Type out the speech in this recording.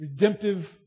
redemptive